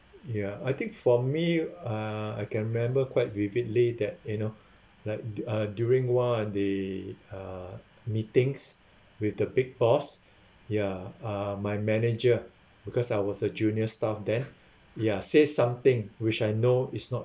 ya I think for me uh I can remember quite vividly that you know like du~ uh during !wah! they uh meetings with the big boss ya uh my manager because I was a junior staff then ya say something which I know is not